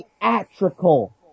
theatrical